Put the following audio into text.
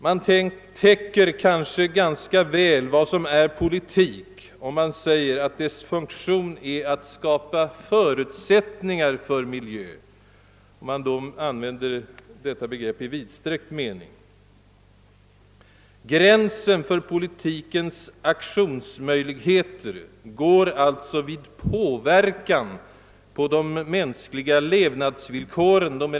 Man täcker kanske ganska väl vad som är politik, om man säger att dess funktion är att skapa förutsättningar för miljö, ifall detta begrepp användes i vidsträckt mening. Gränsen för politikens aktionsmöjligheter går alltså vid påverkan på de yttre mänskliga levnadsvillkoren.